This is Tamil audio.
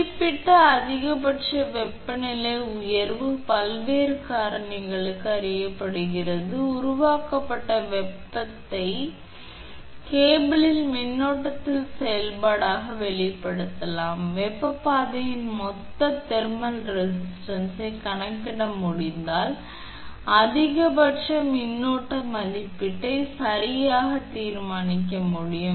குறிப்பிடப்பட்ட அதிகபட்ச வெப்பநிலை உயர்வு பல்வேறு காரணிகளுக்கு அறியப்படுகிறது உருவாக்கப்பட்ட வெப்பத்தை கேபிளில் மின்னோட்டத்தின் செயல்பாடாக வெளிப்படுத்தலாம் வெப்பப் பாதையின் மொத்த தெர்மல் ரெசிஸ்டன்ஸ் கணக்கிட முடிந்தால் அதிகபட்ச மின்னோட்ட மதிப்பீட்டை சரியாக தீர்மானிக்க முடியும்